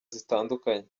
zitandukanye